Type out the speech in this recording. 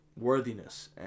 Worthiness